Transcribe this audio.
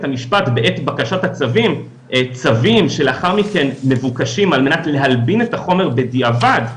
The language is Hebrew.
המשפט בעת בקשת הצווים המבוקשים על מנת להלבין את החומר בדיעבד,